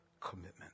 commitment